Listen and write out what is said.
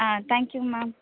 ah thank you ma'am